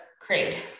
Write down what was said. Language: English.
create